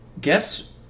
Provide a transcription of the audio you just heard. Guess